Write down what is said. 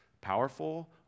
powerful